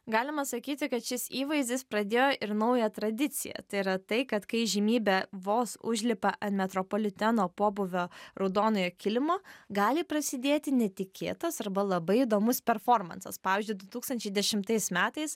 galima sakyti kad šis įvaizdis pradėjo ir naują tradiciją tai yra tai kad kai įžymybė vos užlipa ant metropoliteno pobūvio raudonojo kilimo gali prasidėti netikėtas arba labai įdomus performansas pavyzdžiui du tūkstančiai dešimtais metais